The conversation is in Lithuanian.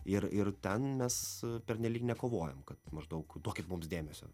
ir ir ten mes pernelyg nekovojom kad maždaug duokit mums dėmesio